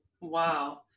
Wow